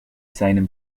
seinem